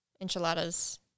enchiladas